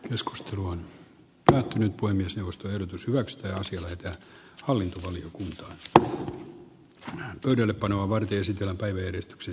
keskustelu on päätynyt puhemiesneuvoston pysyväksi ja sille että todistettavissa eikä taloudellisen tai muun hyödyn hakeminen